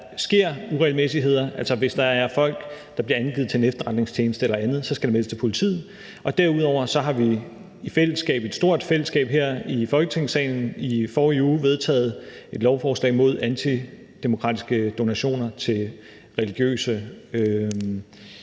der sker uregelmæssigheder, altså hvis der er folk, der bliver angivet til en efterretningstjeneste eller andet, skal det meldes til politiet, og derudover har vi i fællesskab, et stort fællesskab her i Folketingssalen, i forrige uge vedtaget et lovforslag mod antidemokratiske donationer til religiøse